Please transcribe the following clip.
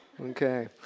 Okay